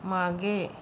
मागे